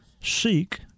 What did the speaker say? Seek